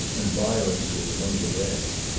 and byron's was among the rest.